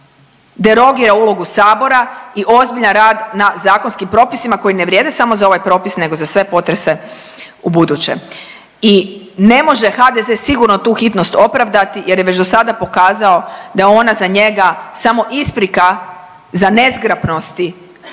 derogira ulogu sabora i ozbiljan rad na zakonskim propisima koji ne vrijede samo za ovaj propis nego za sve potrese ubuduće i ne može HDZ sigurno tu hitnost opravdati jer je već dosada pokazao da je ona za njega samo isprika za nezgrapnosti